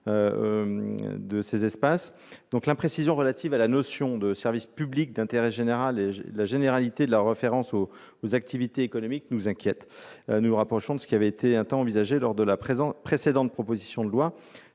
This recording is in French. des espaces. L'imprécision relative à la notion de services publics d'intérêt général et la généralité de la référence aux activités économiques nous inquiètent. Nous nous rapprochons de ce qui avait été un temps envisagé lors de la précédente proposition de loi